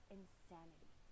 insanity